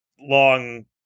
long